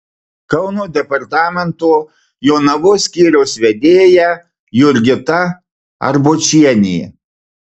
kauno departamento jonavos skyriaus vedėja jurgita arbočienė